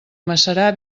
macerar